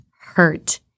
hurt